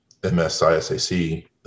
MSISAC